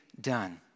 done